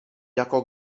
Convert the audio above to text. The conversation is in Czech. jako